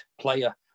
player